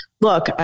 look